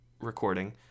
recording